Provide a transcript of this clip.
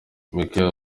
michael